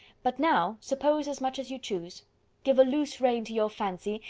but now suppose as much as you choose give a loose rein to your fancy,